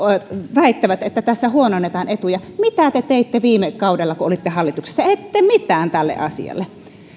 väittävät että tässä huononnetaan etuja mitä te teitte viime kaudella kun olitte hallituksessa ette mitään tälle asialle